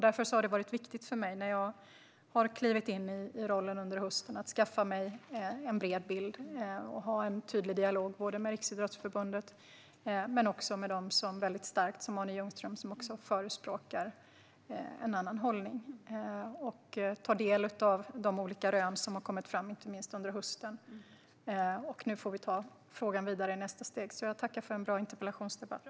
Därför var det viktigt för mig när jag under hösten klev in i rollen att skaffa mig en bred bild, att ha en tydlig dialog med Riksidrottsförbundet men också med dem som liksom Arne Ljungqvist förespråkar en annan hållning och att ta del av de olika rön som har kommit fram inte minst under hösten. Nu tar vi frågan vidare till nästa steg. Jag tackar för en bra interpellationsdebatt.